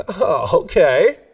Okay